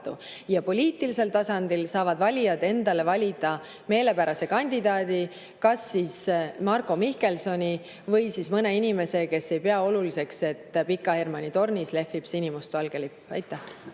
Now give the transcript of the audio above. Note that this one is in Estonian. Ja poliitilisel tasandil saavad valijad endale valida meelepärase kandidaadi, kas siis Marko Mihkelsoni või siis mõne inimese, kes ei pea oluliseks, et Pika Hermanni tornis lehvib sinimustvalge lipp. Aitäh!